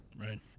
right